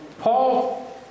Paul